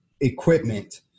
equipment